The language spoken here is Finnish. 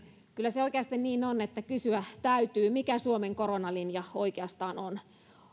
kyllä se oikeasti niin on että kysyä täytyy mikä suomen koronalinja oikeastaan on